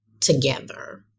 together